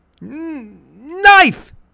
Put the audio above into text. Knife